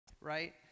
right